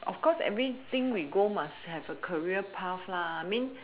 of course everything we go must have a career path lah I mean